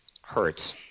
hurts